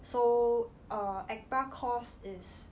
so err ACTA course is